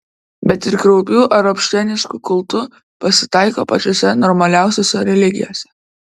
bet ir kraupių ar obsceniškų kultų pasitaiko pačiose normaliausiose religijose